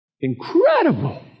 Incredible